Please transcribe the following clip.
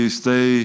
stay